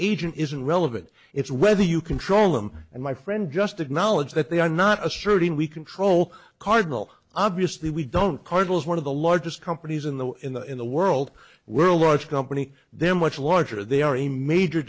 agent isn't relevant it's whether you control them and my friend just acknowledge that they are not asserting we control cardinal obviously we don't cardinals one of the largest companies in the in the in the world where a large company then much larger they are a major